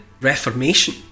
Reformation